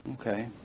Okay